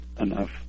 enough